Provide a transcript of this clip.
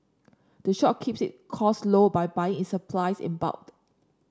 the shop keeps it costs low by buying its supplies in bulk